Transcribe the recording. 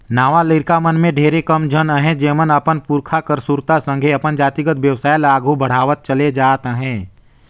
नावा लरिका मन में ढेरे कम झन अहें जेमन अपन पुरखा कर सुरता संघे अपन जातिगत बेवसाय ल आघु बढ़ावत चले जात अहें